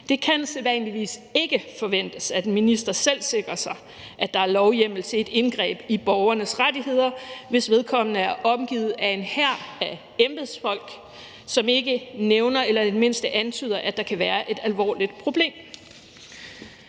Det kan sædvanligvis ikke forventes, at en minister selv sikrer sig, at der er lovhjemmel til et indgreb i borgernes rettigheder, hvis vedkommende er omgivet af en hær af embedsfolk, som ikke nævner eller i det mindste antyder, at der kan være et alvorligt problem.